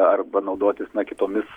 arba naudotis na kitomis